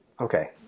Okay